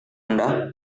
anda